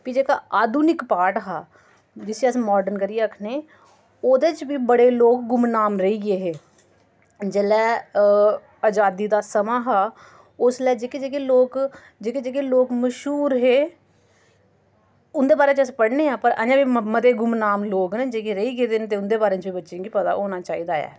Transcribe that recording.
फ्ही जेह्का आधुनिक पार्ट हा जिसी अस मॉडर्न करियै आखने ओह्दे च बी बड़े लोग गुमनाम रेहिये हे जेल्लै आजादी दा समां हा उसलै जेह्के जेह्के लोग जेह्के जेह्के लोग मश्हूर हे उं'दे बारे च अस पढ़ने आं पर अजें बी मते गुमनाम लोग न जेह्के रेही गेदे न ते उं'दे बारे च बी बच्चें गी पता होना चाहिदा ऐ